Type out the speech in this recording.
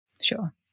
Sure